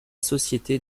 société